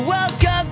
Welcome